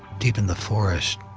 deep in the forest,